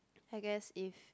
I guessed if